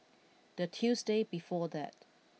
the Tuesday before that